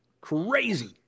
Crazy